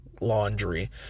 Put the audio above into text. laundry